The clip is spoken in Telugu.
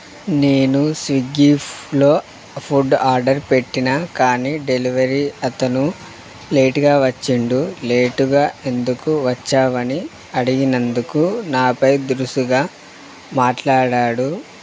నేను స్విగ్గీలో ఫుడ్ ఆర్డర్ పెట్టిన కానీ డెలివరీ అతను లేటుగా వచ్చిండు లేటుగా ఎందుకు వచ్చావని అడిగినందుకు నాపై దురుసుగా మాట్లాడాడు